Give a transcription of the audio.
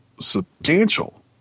substantial